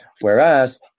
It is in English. Whereas